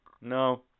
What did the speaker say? No